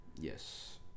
yes